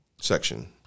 section